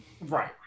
right